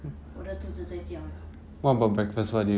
我的肚子在叫 liao